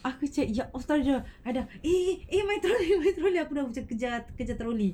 aku check ya !alah! eh eh eh my trolley my trolley aku macam kejar kejar kejar trolley